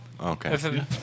Okay